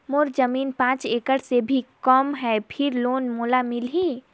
मोर जमीन पांच एकड़ से भी कम है फिर लोन मोला मिलही?